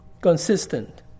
consistent